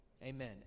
Amen